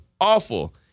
awful